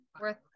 worth